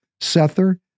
Sether